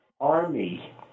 army